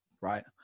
Right